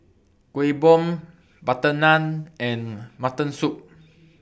Kuih Bom Butter Naan and Mutton Soup